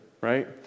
right